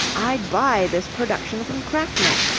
i'd buy this production from cracknell.